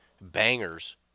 bangers